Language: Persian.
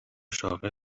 شاغل